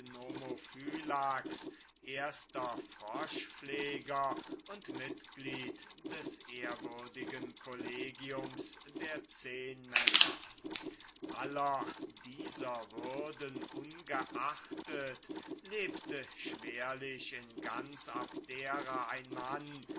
erster froschpfleger und mitglied des ehrwürdigen collegiums der zehnmänner aller dieser würden ungeachtet lebte schwerlich im ganzen abdera ein mann